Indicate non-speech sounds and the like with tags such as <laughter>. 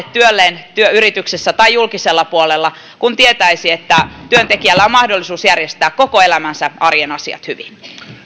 <unintelligible> työlleen työyrityksessä tai julkisella puolella kun tietäisi että työntekijällä on mahdollisuus järjestää koko elämänsä arjen asiat hyvin